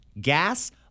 gas